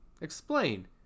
Explain